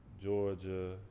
georgia